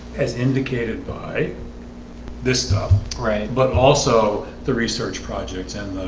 as indicated by this stuff right but also the research projects and